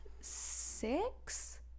six